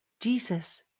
Jesus